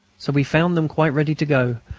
so we found them quite ready to go,